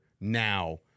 now